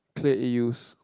clear A_Us